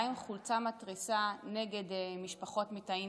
בא עם חולצה מתריסה נגד משפחות מתאים